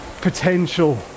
potential